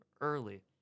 early